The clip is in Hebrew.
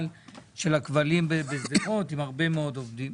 של הכבלים בשדרות עם הרבה מאוד עובדים,